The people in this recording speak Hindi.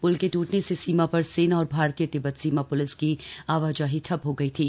पुल के टूटने से सीमा पर सेना और भारतीय तिब्बत सीमा प्लिस की आवाजाही ठप हो गयी थी